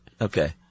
Okay